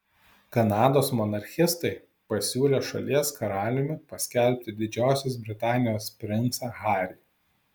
kanados monarchistai pasiūlė šalies karaliumi paskelbti didžiosios britanijos princą harį